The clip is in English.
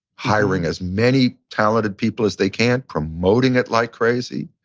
hiring as many talented people as they can. promoting it like crazy.